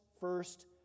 first